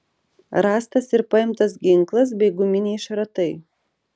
rastas ir paimtas ginklas bei guminiai šratai